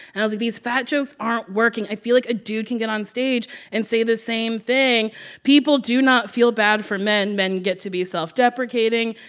and i was like, these fat jokes aren't working. i feel like a dude can get onstage and say the same thing people do not feel bad for men. men get to be self-deprecating.